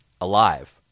alive